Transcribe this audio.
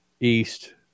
east